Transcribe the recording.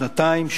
שנתיים,